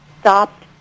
stopped